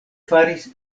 faris